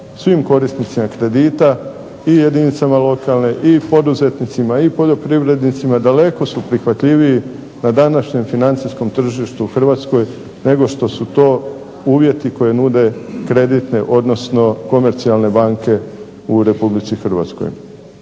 svim korisnicima kredita i jedinicama lokalne i poduzetnicima i poljoprivrednicima daleko su prihvatljiviji na današnjem financijskom tržištu u Hrvatskoj nego što su to uvjeti koje nude kreditne odnosno komercijalne banke u Republici Hrvatskoj.